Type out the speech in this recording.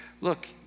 Look